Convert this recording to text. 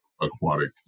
aquatic